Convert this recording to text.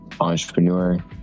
entrepreneur